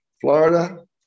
Florida